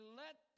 let